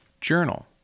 Journal